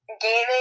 gaming